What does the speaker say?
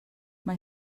mae